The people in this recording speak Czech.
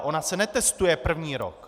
Ona se netestuje první rok.